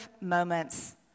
moments